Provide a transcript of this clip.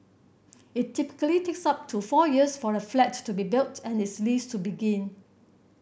it typically takes up to four years for a flat to be built and its lease to begin